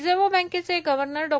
reserve बँकेचे governor डॉ